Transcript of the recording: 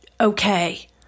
okay